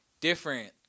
different